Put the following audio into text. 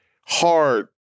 hard